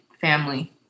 family